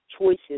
choices